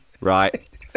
right